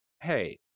Hey